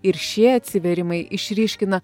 ir šie atsivėrimai išryškina